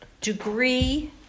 degree